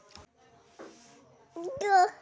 IFSC कोडेर माध्यम खातार पहचान कराल जा छेक